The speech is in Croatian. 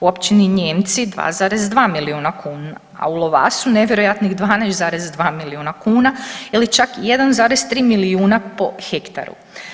Općini Nijemci 2,2 milijuna kuna, a u Lovasu nevjerojatnih 12,2 milijuna kuna ili čak 1,3 milijuna po hektaru.